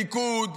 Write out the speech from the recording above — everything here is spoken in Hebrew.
ליכוד,